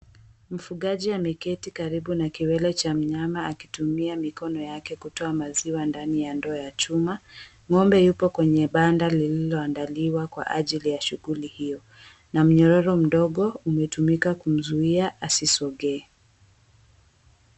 Mfugaji ameketi karibu na kiwele cha mnyama akitumia mikono yake kutoa maziwa ndani ya ndoo ya chuma, ng'ombe yupo kwenye banda lililoandaliwa kwa ajili ya shughuli hio na mnyororo mdogo umetumika kumzuia asisongee.